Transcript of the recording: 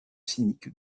cynique